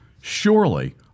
Surely